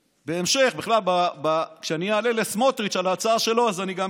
בהמשך, כשאני אענה לסמוטריץ' על ההצעה שלו, אני גם